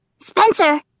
Spencer